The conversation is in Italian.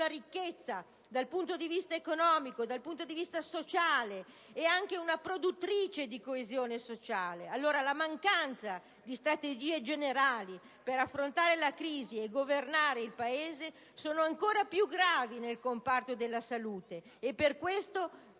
ricchezza dal punto di vista economico, sociale e anche una produttrice di coesione sociale. La mancanza di strategie generali per affrontare la crisi e governare il Paese è ancora più grave nel comparto della salute e, per questo,